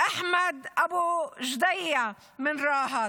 אחמד אבו גדייה מרהט,